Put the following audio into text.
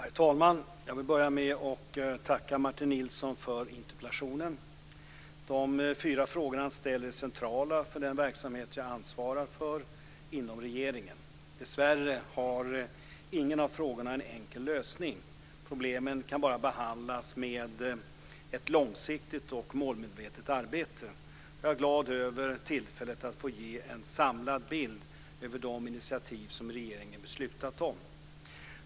Herr talman! Jag vill börja med att tacka Martin Nilsson för interpellationen. De fyra frågor han ställer är centrala för den verksamhet jag ansvarar för inom regeringen. Dessvärre har ingen av frågorna en enkel lösning. Problemen kan bara behandlas med ett långsiktigt och målmedvetet arbete. Jag är glad över tillfället att få ge en samlad bild över de initiativ som regeringen beslutat om.